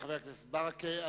תודה לחבר הכנסת ברכה.